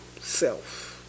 self